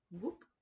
whoop